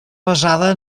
basada